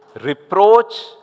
reproach